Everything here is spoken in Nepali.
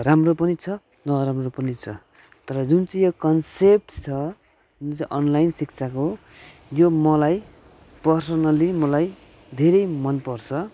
राम्रो पनि छ नराम्रो पनि छ तर जुन चाहिँ यो कन्सेप्ट छ जुन चाहिँ अनलाइन शिक्षाको त्यो मलाई पर्सनल्ली मलाई धेरै मन पर्छ